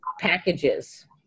packages